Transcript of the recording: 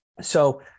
So-